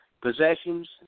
possessions